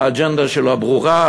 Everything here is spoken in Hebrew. האג'נדה שלו ברורה,